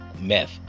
meth